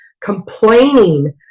complaining